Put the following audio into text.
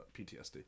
PTSD